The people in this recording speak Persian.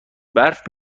برف